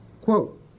Quote